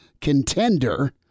contender